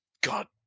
God